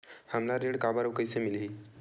हमला ऋण काबर अउ कइसे मिलही?